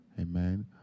Amen